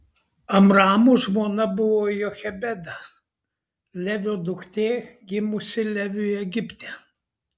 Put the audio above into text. amramo žmona buvo jochebeda levio duktė gimusi leviui egipte